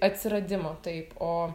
atsiradimo taip o